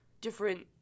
different